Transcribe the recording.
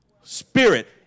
Spirit